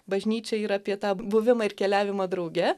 bažnyčia yra apie tą buvimą ir keliavimą drauge